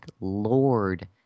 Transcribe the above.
Lord